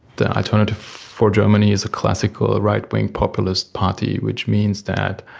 the alternative for germany is a classical right-wing populist party which means that,